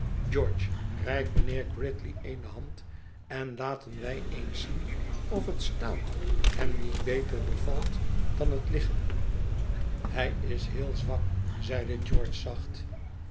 george reik mijnheer gridley eene hand en laten wij eens zien of het staan hem niet beter bevalt dan het liggen hij is heel zwak zeide george zacht